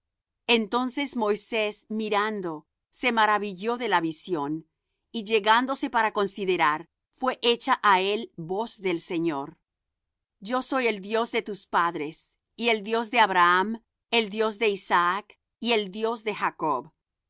entonces moisés mirando se maravilló de la visión y llegándose para considerar fué hecha á él voz del señor yo soy el dios de tus padres y el dios de abraham el dios de isaac y el dios de jacob